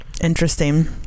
Interesting